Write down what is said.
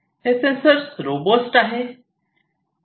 हे sensors robust आहेत